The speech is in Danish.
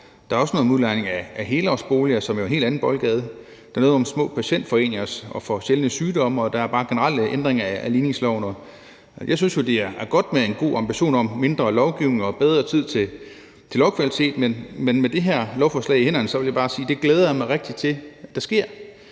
Der er også noget om udlejning af helårsboliger, som jo er i en helt anden boldgade. Der er noget om små patientforeninger for sjældne sygdomme, og der er bare generelle ændringer af ligningsloven. Jeg synes jo, det er godt med en god ambition om mindre lovgivning og bedre tid til lovkvalitet, men med det her lovforslag i hænderne vil jeg bare sige, at det glæder jeg mig rigtig til sker.